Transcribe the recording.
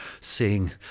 seeing